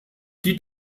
die